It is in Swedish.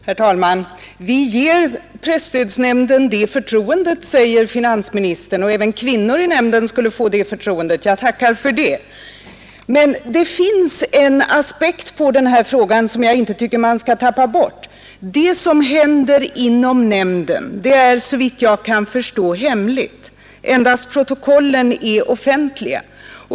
Herr talman! Vi ger presstödsnämnden det förtroendet, säger finansministern, och även kvinnor i nämnden skulle få det. Jag tackar för det. Men det finns en aspekt på den här frågan som jag inte tycker man skall tappa bort. Det som händer inom nämnden är, såvitt jag kan förstå, hemligt — enbart protokollen är offentliga.